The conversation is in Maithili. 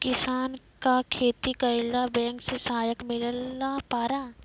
किसान का खेती करेला बैंक से सहायता मिला पारा?